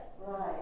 right